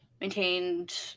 maintained